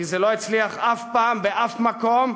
כי זה לא הצליח אף פעם באף מקום,